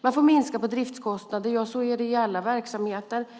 Man får minska på driftskostnaderna - ja, så är det i alla verksamheter -